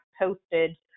posted